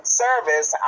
service